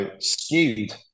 skewed